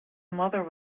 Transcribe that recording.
mother